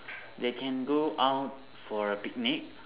they can go out for a picnic